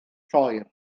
lloer